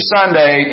Sunday